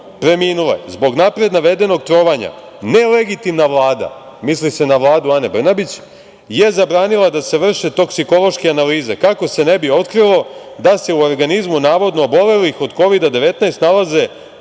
preminule. Zbog napred navedenog trovanja nelegitimna Vlada“, misli se na Vladu Ane Brnabić, „je zabranila da se vrše toksikološke analize kako se ne bi otkrilo da se u organizmu navodno obolelih od Kovida-19 nalaze